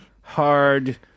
Hard